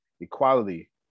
equality